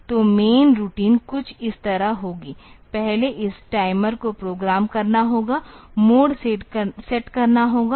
तो main routine कुछ इस तरह होगी पहले इस टाइमर को प्रोग्राम करना होगा मोड सेट करना होगा